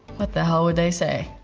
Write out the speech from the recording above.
what the hell would they say?